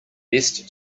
best